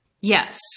Yes